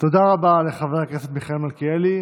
תודה רבה לחבר הכנסת מיכאל מלכיאלי.